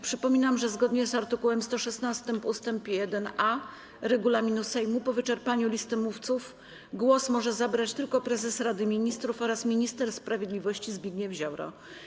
Przypominam, że zgodnie z art. 116 ust. 1a regulaminu Sejmu po wyczerpaniu listy mówców głos może zabrać tylko prezes Rady Ministrów oraz minister sprawiedliwości Zbigniew Ziobro.